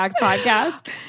podcast